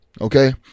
Okay